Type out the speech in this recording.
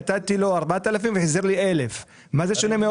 נתתי לו 4,000 והוא החזיר לי 1,000. במה זה שונה מהוצאה?